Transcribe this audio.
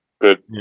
good